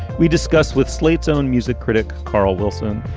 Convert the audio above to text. we discuss with slate's own music critic, carl wilson.